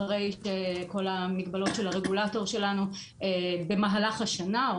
אחרי שכל המגבלות של הרגולטור שלנו במהלך השנה,